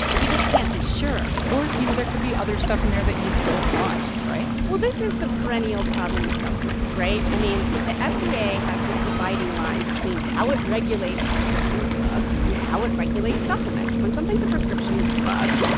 you just can't be sure or you know, there could be other stuff in there that you don't want. right? well, this is the perennial problem with supplements. right? i mean, the ah fda has this dividing line between how it regulates prescription drugs and how it regulates supplements. when something's a prescription drug,